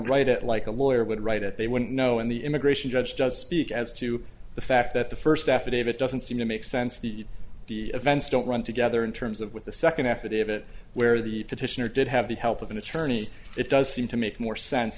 write it like a lawyer would write it they wouldn't know and the immigration judge does speak as to the fact that the first affidavit doesn't seem to make sense the the events don't run together in terms of with the second affidavit where the petitioner did have the help of an attorney it does seem to make more sense